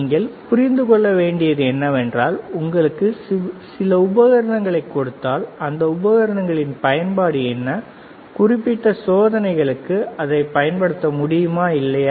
நீங்கள் புரிந்து கொள்ள வேண்டியது என்னவென்றால் உங்களுக்கு சில உபகரணங்களைக் கொடுத்தால் அந்த உபகரணங்களின் பயன்பாடு என்ன குறிப்பிட்ட சோதனைகளுக்கு அதைப் பயன்படுத்த முடியுமா இல்லையா